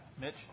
Mitch